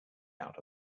out